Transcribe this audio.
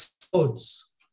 swords